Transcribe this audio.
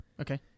Okay